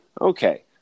okay